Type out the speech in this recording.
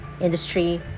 industry